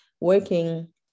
working